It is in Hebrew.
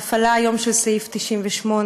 ההפעלה היום של סעיף 98,